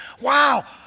Wow